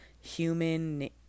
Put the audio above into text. human